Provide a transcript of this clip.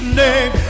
name